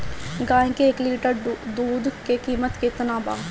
गाए के एक लीटर दूध के कीमत केतना बा?